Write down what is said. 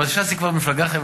אבל ש"ס היא כבר מפלגה חברתית.